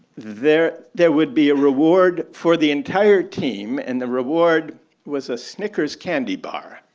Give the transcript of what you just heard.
there there would be a reward for the entire team. and the reward was a snickers candy bar.